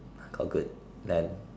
got good then